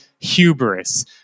hubris